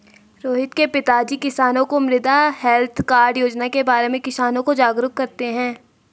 रोहित के पिताजी किसानों को मृदा हैल्थ कार्ड योजना के बारे में किसानों को जागरूक करते हैं